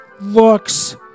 looks